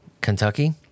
Kentucky